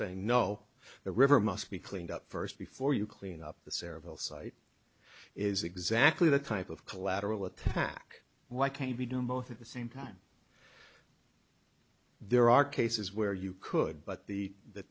saying no the river must be cleaned up first before you clean up the sayreville site is exactly the type of collateral attack why can't be done both at the same time there are cases where you could but the